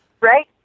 Right